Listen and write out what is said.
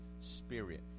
Spirit